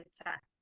attack